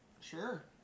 Sure